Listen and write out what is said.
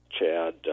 Chad